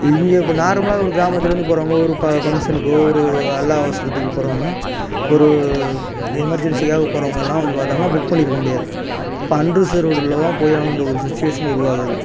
இங்கே இப்போ நார்மலாக ஒரு கிராமத்துலந்து போகறவங்க ஒரு ப ஃபங்க்ஷனுக்கோ ஒரு அல்ல அவசரத்துக்கு போகறவங்க ஒரு இது மாதிரி போகறவங்களாம் வந்து பார்த்தோம்னா புக் பண்ணிருக்க முடியாது இப்போ அன் ரிசர்வ்டில் தான் போயாகணுன்ற ஒரு சுச்சிவேஷன் உருவாகுது